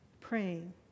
praying